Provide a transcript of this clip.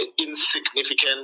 insignificant